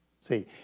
See